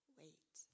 wait